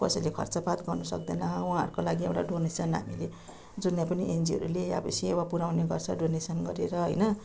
कसैले खर्चपात गर्नु सक्दैन उहाँहरूको लागि एउटा डोनेसन हामीले जुनै पनि एनजिओहरूले अब सेवा पुराउने गर्छ डोनेसन गरेर होइन